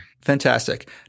Fantastic